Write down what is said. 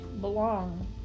belong